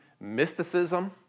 mysticism